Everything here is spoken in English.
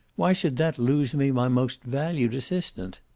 why should that lose me my most valued assistant?